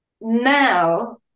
now